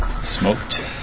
Smoked